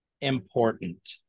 important